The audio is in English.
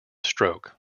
stroke